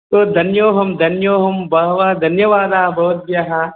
ओ धन्योहं धन्योहं बहवः धन्यवादाः भवद्भ्यः